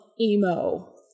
emo